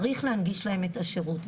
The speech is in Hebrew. צריך להנגיש להם את השירות,